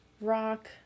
rock